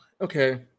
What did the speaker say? okay